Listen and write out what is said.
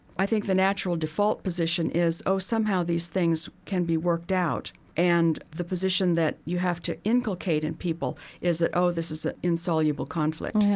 i think the natural default position is, oh, somehow these things can be worked out. and the position that you have to inculcate in people is that, oh, this is an insoluble conflict.